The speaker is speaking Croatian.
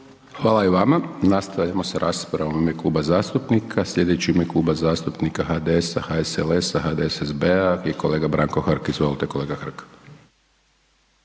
Hvala i vama, nastavljamo s raspravom u ime kluba zastupnika, slijedeći u ime Kluba zastupnika HDS-a, HSLS-a i HDSSB-a je kolega Branko Hrg. Izvolite, kolega Hrg.